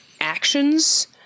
actions